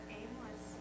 aimless